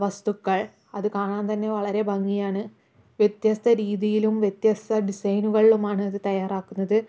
വസ്തുക്കള് അത് കാണാന് തന്നെ വളരെ ഭംഗിയാണ് വ്യത്യസ്ത രീതിയിലും വ്യത്യസ്ത ഡിസൈനുകളിലുമാണ് അത് തയ്യാറാക്കുന്നത്